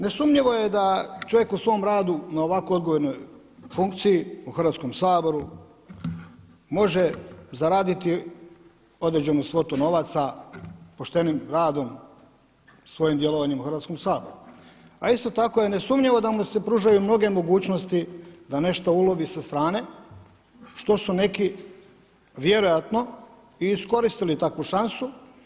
Nesumnjivo je da čovjek u svom radu na ovako odgovornoj funkciji u Hrvatskom saboru može zaraditi određenu svotu novaca poštenim radom, svojim djelovanjem u Hrvatskom saboru, a isto tako je nesumnjivo da mu se pružaju mnoge mogućnosti da nešto ulovi sa strane što su neki vjerojatno i iskoristili takvu šansu.